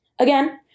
Again